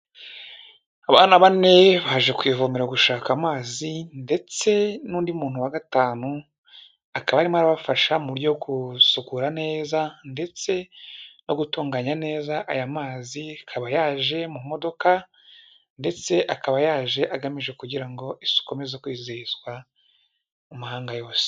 Abana bane baje ku ivomerara gushaka amazi ndetse n'undi muntu wa gatanu, akaba arimo arabafasha mu buryo bwo gusukura neza ndetse no gutunganya neza aya mazi, akaba yaje mu modoka, ndetse akaba yaje agamije kugira ngo isuku ikomeze kwizihizwa mu mahanga yose.